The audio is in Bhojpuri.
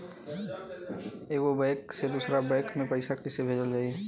एगो बैक से दूसरा बैक मे पैसा कइसे भेजल जाई?